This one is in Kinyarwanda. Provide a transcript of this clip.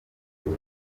guma